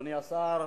אדוני השר,